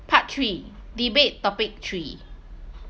part three debate topic three